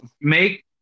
make